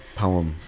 poem